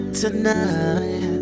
tonight